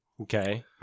Okay